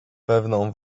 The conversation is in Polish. pewną